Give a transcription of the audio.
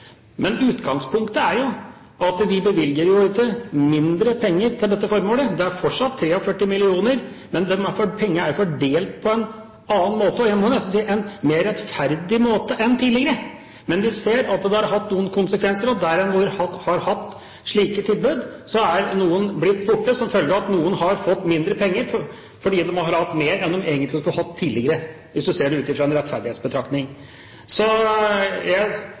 men pengene er fordelt på en annen måte, og jeg må nesten si, på en mer rettferdig måte enn tidligere. Men vi ser at det har hatt noen konsekvenser. Der vi har hatt slike tilbud, er noen blitt borte som følge av at de har fått mindre penger, fordi de har hatt mer enn de egentlig skulle hatt tidligere, hvis man ser det ut fra en rettferdighetsbetraktning. Så jeg er